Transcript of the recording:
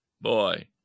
boy